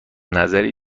نظری